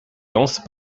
lance